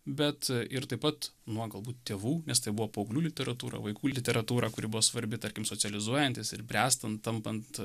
bet ir taip pat nuo galbūt tėvų nes tai buvo paauglių literatūra vaikų literatūrą kuri buvo svarbi tarkim socializuojantis ir bręstant tampant